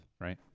Right